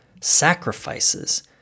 sacrifices